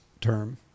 term